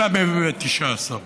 כל ה-119.